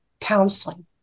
counseling